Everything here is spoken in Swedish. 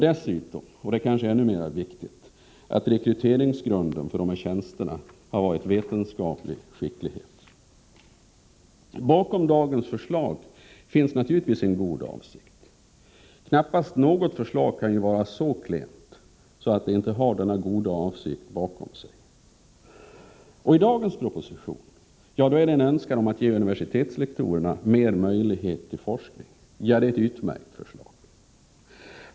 Dessutom — och det är kanske det allra viktigaste — har rekryteringsgrunden för dessa tjänster varit vetenskaplig skicklighet. Bakom dagens förslag finns naturligtvis en god avsikt. Knappast något förslag kan vara så klent att det inte har en god avsikt bakom sig. I dagens proposition rör det sig om en önskan att ge universitetslektorerna mer möjlighet till forskning. Det är ett utmärkt förslag.